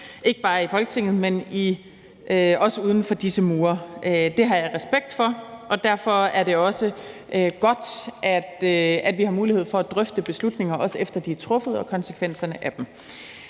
ikke bare i Folketinget, men også uden for disse mure. Det har jeg respekt for, og derfor er det også godt, at vi har mulighed for at drøfte beslutninger, også efter de er truffet, og konsekvenserne af dem.